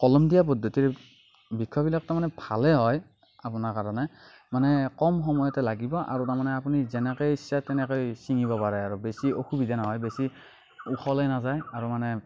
কলম দিয়া পদ্ধতিৰ বিষয়বিলাক তাৰমানে ভালেই হয় আপোনাৰ কাৰণে মানে কম সময়তে লাগিব আৰু তাৰমানে আপুনি যেনেকেই ইচ্ছা তেনেকেই ছিঙিব পাৰে আৰু বেছি অসুবিধা নহয় বেছি ওখলৈ নাযায় আৰু মানে